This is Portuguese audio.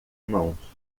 mãos